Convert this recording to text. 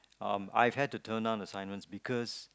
um I had to turn down assignments because